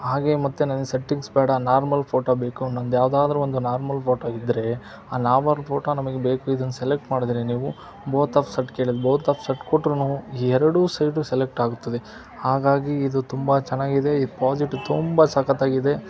ಹಾಗೇ ಮತ್ತು ನನಗೆ ಸೆಟ್ಟಿಂಗ್ಸ್ ಬೇಡ ನಾರ್ಮಲ್ ಫೋಟೋ ಬೇಕು ನಮ್ದು ಯಾವುದಾದ್ರೂ ಒಂದು ನಾರ್ಮಲ್ ಫೋಟೋ ಇದ್ದರೆ ಆ ನಾರ್ಮಲ್ ಫೋಟೋ ನಮಗೆ ಬೇಕು ಇದನ್ನ ಸೆಲೆಕ್ಟ್ ಮಾಡಿದ್ರೆ ನೀವು ಬೋತ್ ಆಫ್ ಸಟ್ ಕೇಳಿ ಬೋತ್ ಆಫ್ ಸಟ್ ಕೊಟ್ರು ಈ ಎರಡೂ ಸೆಟ್ ಸೆಲೆಕ್ಟ್ ಆಗ್ತದೆ ಹಾಗಾಗಿ ಇದು ತುಂಬ ಚೆನ್ನಾಗಿದೆ ಇದು ಪೋಸಿಟಿವ್ ತುಂಬ ಸಕ್ಕತ್ತಾಗಿದೆ